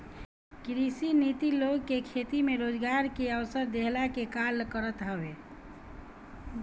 कृषि नीति लोग के खेती में रोजगार के अवसर देहला के काल करत हवे